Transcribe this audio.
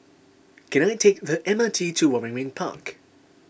can I take the M R T to Waringin Park